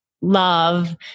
love